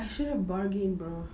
I should have bargained bro